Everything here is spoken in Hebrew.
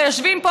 הרי יושבים פה,